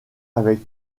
avec